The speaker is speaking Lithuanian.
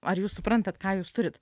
ar jūs suprantat ką jūs turit